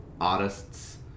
artists